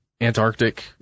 Antarctic